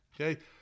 Okay